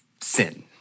sin